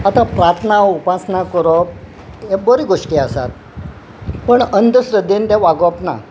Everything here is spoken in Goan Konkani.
आतां प्रार्थना उपासना करप हे बऱ्यो गोश्टी आसात पण अंधश्रद्धेन तें वागोवप ना